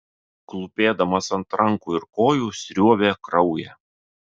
klūpėdamas ant rankų ir kojų sriuobė kraują